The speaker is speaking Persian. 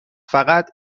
فقط